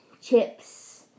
chips